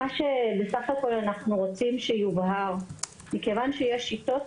מה שבסך הכל אנחנו רוצים שיובהר - מכיוון שיש שיטות